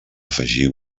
afegir